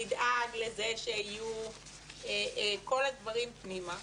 שידאג לזה שיהיו כל הדברים פנימה,